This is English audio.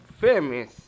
famous